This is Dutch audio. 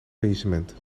faillissement